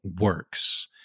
works